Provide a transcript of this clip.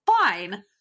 fine